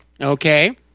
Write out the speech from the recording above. Okay